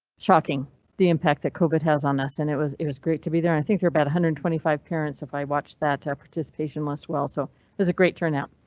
shocking the impact that covid has on us. and it was. it was great to be there. i think there about hundred and twenty five parents. if i watched that ah participation less, well, so there's a great turn out.